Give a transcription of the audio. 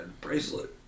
bracelet